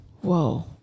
Whoa